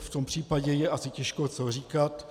V tom případě je asi těžko co říkat.